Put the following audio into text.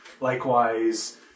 likewise